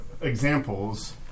examples